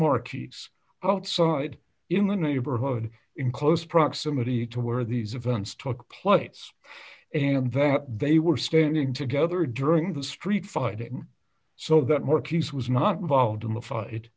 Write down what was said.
markets outside in the neighborhood in close proximity to where these events took place and that they were standing together during the street fighting so that more peace was not i